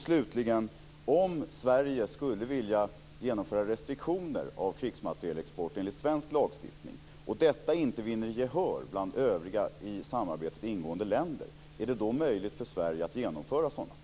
Slutligen: Om Sverige skulle vilja genomföra restriktioner av krigsmaterielexport enligt svensk lagstiftning och detta inte vinner gehör bland övriga i samarbetet ingående länder, är det då möjligt för Sverige att genomföra sådana?